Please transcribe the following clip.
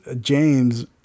James